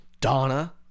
Donna